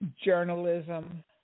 journalism